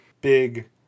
big